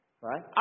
Right